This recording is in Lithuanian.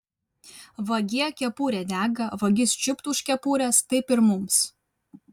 vagie kepurė dega vagis čiupt už kepurės taip ir mums